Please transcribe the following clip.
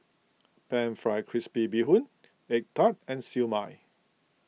Pan Fried Crispy Bee Hoon Egg Tart and Siew Mai